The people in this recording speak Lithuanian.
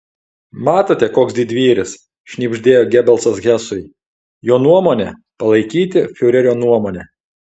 matote koks didvyris šnibždėjo gebelsas hesui jo nuomonė palaikyti fiurerio nuomonę